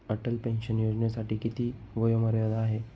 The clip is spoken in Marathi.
अटल पेन्शन योजनेसाठी किती वयोमर्यादा आहे?